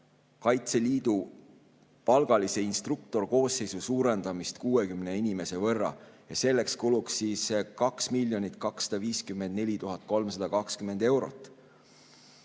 Kaitseliidu palgalise instruktorkoosseisu suurendamist 60 inimese võrra. Selleks kuluks 2 254 320 eurot.